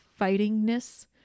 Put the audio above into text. fightingness